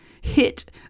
hit